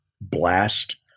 blast